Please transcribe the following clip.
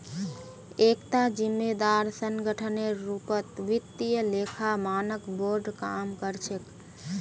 एकता जिम्मेदार संगठनेर रूपत वित्तीय लेखा मानक बोर्ड काम कर छेक